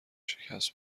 شکست